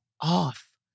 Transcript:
off